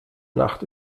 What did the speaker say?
nacht